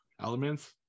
elements